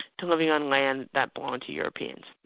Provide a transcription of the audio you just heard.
to living on land that belonged to europeans.